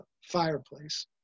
fireplace